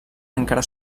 encara